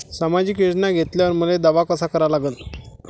सामाजिक योजना घेतल्यावर मले दावा कसा करा लागन?